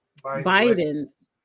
Biden's-